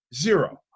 Zero